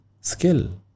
skill